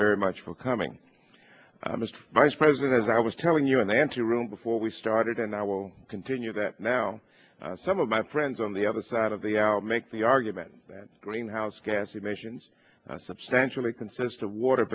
very much for coming mr vice president as i was telling you in the ante room before we started and i will continue that now some of my friends on the other side of the hour make the argument that greenhouse gas emissions substantially consist of water